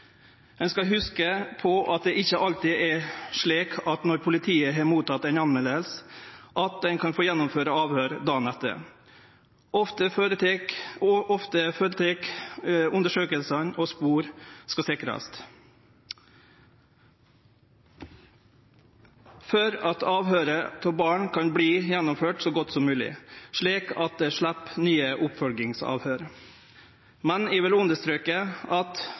Ein skal hugse på at det ikkje alltid er slik at når politiet har motteke ei meld sak, at ein kan få gjennomføre avhøyr dagen etter. Ofte skal det føretakast undersøkingar, og spor skal sikrast for at avhøyret av barn kan verte gjennomført så godt som mogleg, slik at ein slepp nye oppfølgingsavhøyr. Eg vil understreke at